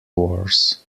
wars